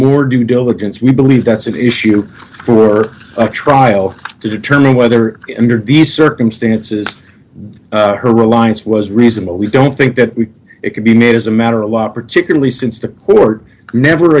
more due diligence we believe that's an issue for her trial to determine whether the circumstances her reliance was reasonable we don't think that it could be made as a matter a lot particularly since the court never